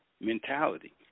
mentality